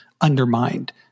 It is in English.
undermined